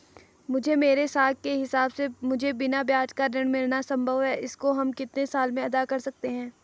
मुझे मेरे साख के हिसाब से मुझे बिना ब्याज का ऋण मिलना संभव है इसको हम कितने साल में अदा कर सकते हैं?